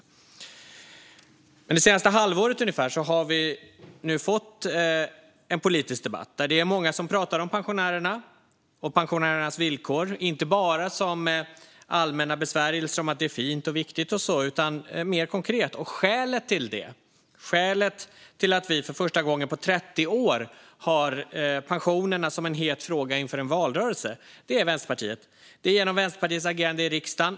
Ungefär under det senaste halvåret har vi nu fått en politisk debatt där det är många som talar om pensionärerna och pensionärernas villkor. Det gör de inte bara med allmänna besvärjelser om att det är fint, viktigt och så utan mer konkret. Skälet till att vi för första gången på 30 år har pensionerna som en het fråga inför en valrörelse är Vänsterpartiet. Det har skett genom Vänsterpartiets agerande i riksdagen.